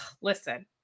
Listen